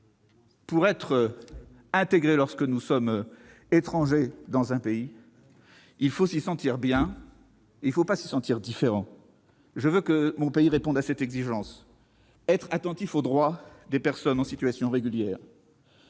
Pour être intégré, lorsque l'on est étranger dans un pays, il faut s'y sentir bien ; il ne faut pas se sentir différent. Je veux que mon pays réponde à cette exigence. Nous devons être attentifs aux droits des personnes en situation régulière,